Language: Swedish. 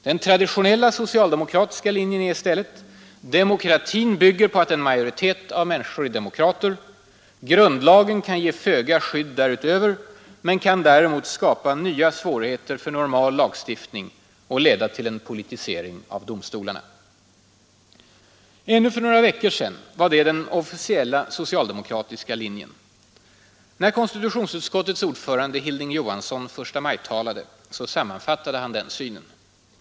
Den traditionella socialdemokratiska linjen är i stället: demokratin bygger på att en majoritet av människor är demokrater. Grundlagen kan ge föga skydd därutöver men kan däremot skapa nya svårigheter för normal lagstiftning och leda till en politisering av domstolarna. Ännu för några veckor sedan var det den officiella socialdemokratiska linjen. När konstitutionsutskottets ordförande Hilding Johansson förstamajtalade sammanfattade han den synen.